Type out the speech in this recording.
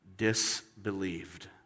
Disbelieved